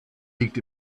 liegt